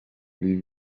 ibi